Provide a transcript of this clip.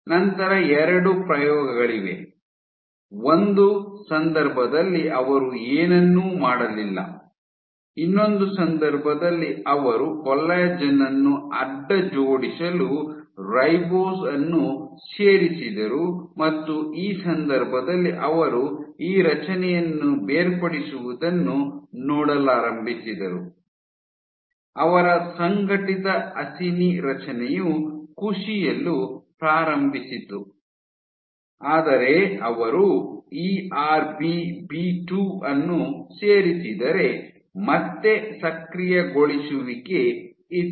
ನಂತರ ಎರಡು ಪ್ರಯೋಗಗಳಿವೆ ಒಂದು ಸಂದರ್ಭದಲ್ಲಿ ಅವರು ಏನನ್ನೂ ಮಾಡಲಿಲ್ಲ ಇನ್ನೊಂದು ಸಂದರ್ಭದಲ್ಲಿ ಅವರು ಕೊಲ್ಲಾಜೆನ್ ಅನ್ನು ಅಡ್ಡ ಜೋಡಿಸಲು ರೈಬೋಸ್ ಅನ್ನು ಸೇರಿಸಿದರು ಮತ್ತು ಈ ಸಂದರ್ಭದಲ್ಲಿ ಅವರು ಈ ರಚನೆಯನ್ನು ಬೇರ್ಪಡಿಸುವುದನ್ನು ನೋಡಲಾರಂಭಿಸಿದರು ಅವರ ಸಂಘಟಿತ ಅಸಿನಿ ರಚನೆಯು ಕುಸಿಯಲು ಪ್ರಾರಂಭಿಸಿತು ಆದರೆ ಅವರು ErbB2 ಅನ್ನು ಸೇರಿಸಿದರೆ ಮತ್ತೆ ಸಕ್ರಿಯಗೊಳಿಸುವಿಕೆ ಇತ್ತು